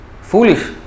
foolish